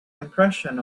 impression